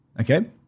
okay